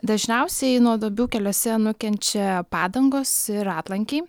dažniausiai nuo duobių keliuose nukenčia padangos ratlankiai